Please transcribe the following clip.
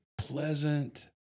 pleasant